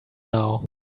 now